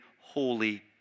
holy